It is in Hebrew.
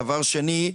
דבר שני,